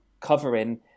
covering